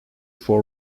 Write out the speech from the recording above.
four